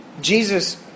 Jesus